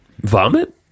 vomit